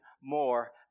more